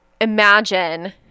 imagine